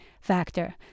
factor